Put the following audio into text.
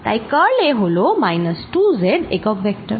তাই curl A হল minus 2 z একক ভেক্টর